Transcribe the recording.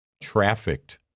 trafficked